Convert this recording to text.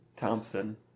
Thompson